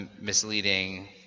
misleading